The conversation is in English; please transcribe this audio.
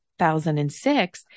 2006